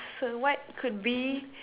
so what could be